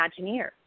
Imagineer